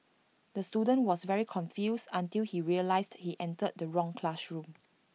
the student was very confused until he realised he entered the wrong classroom